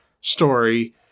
story